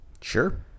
Sure